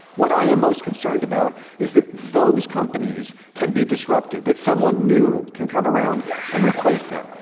what i am most concerned about is that those companies can be disrupted, that someone new can come around and replace them.